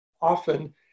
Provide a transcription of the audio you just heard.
often